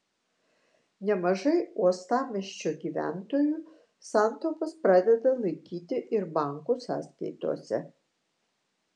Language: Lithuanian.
nemažai uostamiesčio gyventojų santaupas pradeda laikyti ir bankų sąskaitose